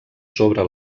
sobre